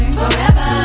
forever